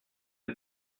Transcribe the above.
que